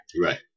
Right